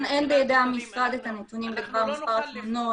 אין בידי המשרד את הנתונים בדבר מספר התלונות,